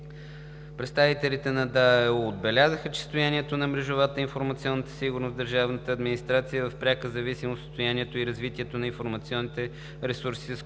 Представителите отбелязаха, че състоянието на мрежовата и информационната сигурност в държавната администрация е в пряка зависимост от състоянието и развитието на информационните ресурси, с които